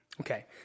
Okay